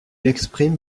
exprime